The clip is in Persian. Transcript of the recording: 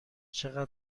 چقدر